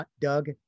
doug